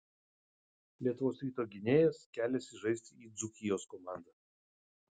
lietuvos ryto gynėjas keliasi žaisti į dzūkijos komandą